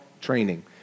training